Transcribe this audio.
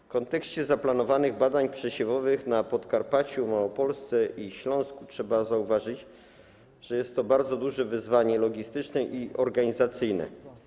W kontekście zaplanowanych badań przesiewowych na Podkarpaciu, w Małopolsce i na Śląsku trzeba zauważyć, że jest to bardzo duże wyzwanie logistyczne i organizacyjne.